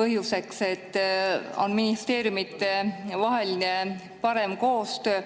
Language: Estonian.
põhjuseks, et on ministeeriumidevaheline parem koostöö.